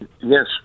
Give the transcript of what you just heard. Yes